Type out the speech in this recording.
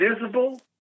visible